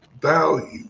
value